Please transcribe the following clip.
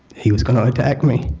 he was going to attack me.